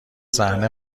صحنه